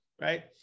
right